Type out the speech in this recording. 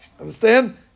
Understand